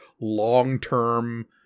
long-term